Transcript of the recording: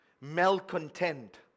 malcontent